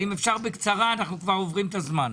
אם אפשר בקצרה, אנחנו כבר עוברים את הזמן.